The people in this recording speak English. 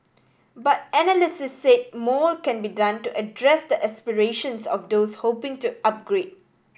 but analysts said more can be done to address the aspirations of those hoping to upgrade